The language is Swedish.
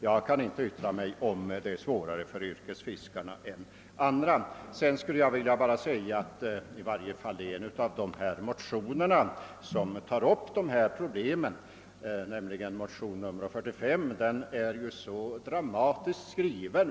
Jag kan inte yttra mig om huruvida det är svårare för yrkesfiskarna än för andra grupper. Vidare skulle jag vilja säga att i varje fall en av de motioner som tar upp dessa problem, nämligen motionen I: 45, är mycket dramatiskt skriven.